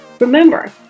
Remember